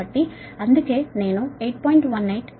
కాబట్టి అందుకే నేను 8